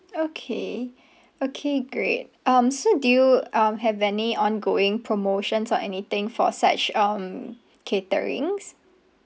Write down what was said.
okay okay great um so do you um have any ongoing promotions or anything for such um caterings